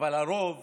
אבל הרוב